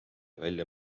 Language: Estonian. välja